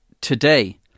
today